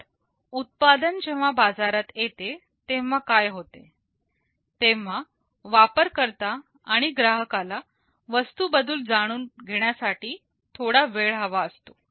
तर उत्पादन जेव्हा बाजारात येते तेव्हा काय होते तेव्हा वापरकर्ता किंवा ग्राहकाला वस्तू बद्दल जाणून घेण्यासाठी थोडा वेळ हवा असतो